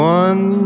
one